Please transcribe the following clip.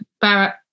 Barrett